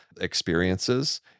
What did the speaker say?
experiences